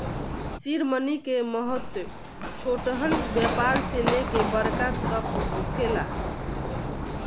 seed money के महत्व छोटहन व्यापार से लेके बड़का तक होखेला